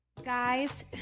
Guys